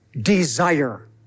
desire